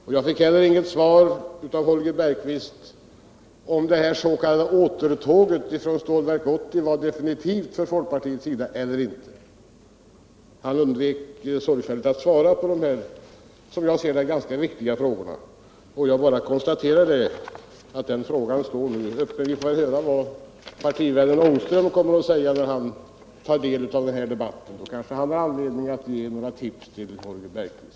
Och jag fick inte heller något svar av Holger Bergqvist om det här s.k. återtåget från Stålverk 80 var definitivt för folkpartiets del eller inte. Han undvek sorgfälligt att svara på dessa som jag ser det ganska viktiga frågor. Jag bara konstaterar att frågan nu står öppen. Vi får väl höra vad partivännen Rune Ångström kommer att säga när han tar del av den här debatten — då kanske han har anledning att ge några tips till Holger Bergqvist.